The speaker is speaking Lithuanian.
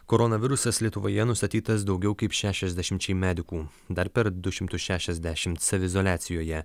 koronavirusas lietuvoje nustatytas daugiau kaip šešiasdešimčiai medikų dar per du šimtus šešiasdešimt saviizoliacijoje